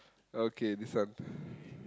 okay this one